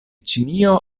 ĉinio